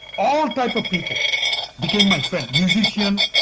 all type of people became my friend. musician,